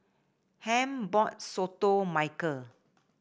Ham bought soto Mykel